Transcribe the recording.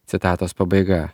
citatos pabaiga